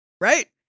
right